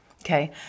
okay